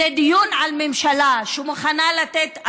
זה דיון על ממשלה שמוכנה לתת.